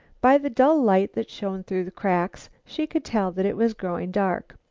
by the dull light that shone through the cracks, she could tell that it was growing dark.